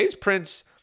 Prince